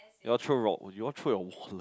y'all throw your y'all throw your wallets